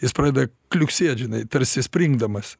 jis pradeda kliuksėt žinai tarsi springdamas